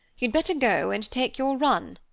you'd better go and take your run,